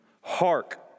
Hark